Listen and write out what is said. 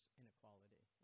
inequality